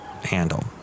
handle